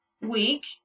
week